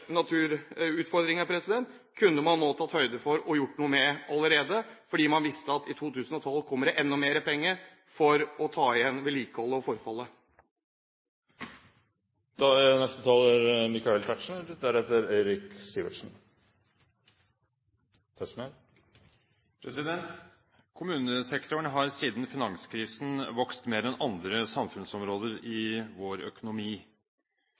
naturutfordringer. Det kunne man tatt høyde for og gjort noe med allerede, fordi man visste at i 2012 kommer det enda mer penger for å ta igjen vedlikeholdsetterslepet og forfallet. Kommunesektoren har siden finanskrisen vokst mer enn andre samfunnsområder i vår økonomi.